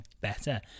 better